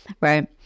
Right